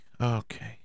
okay